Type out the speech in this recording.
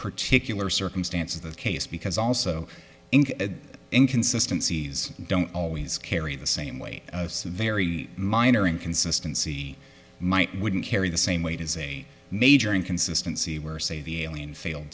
particular circumstance of the case because also in consistencies don't always carry the same way a very minor inconsistency might wouldn't carry the same weight is a major inconsistency where say the alien failed